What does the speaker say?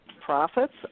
profits